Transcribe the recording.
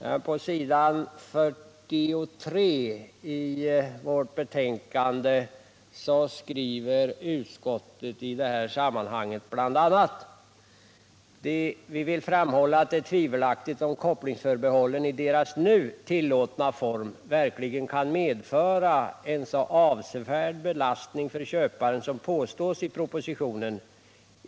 Utskottet skriver på s. 43 i sitt betänkande: ”Utskottet vill också framhålla att det är tvivelaktigt om kopplingsförbehållen i deras nu tillåtna form verkligen kan medföra en så avsevärd belastning för köparen som påstås i propositionen.